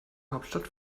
hauptstadt